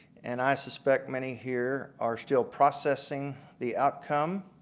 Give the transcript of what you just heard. and i suspect many here are still processing the outcome,